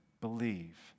Believe